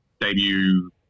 debut